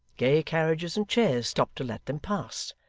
gay carriages and chairs stopped to let them pass,